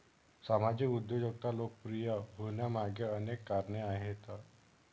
सामाजिक उद्योजकता लोकप्रिय होण्यामागे अनेक कारणे आहेत